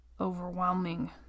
overwhelming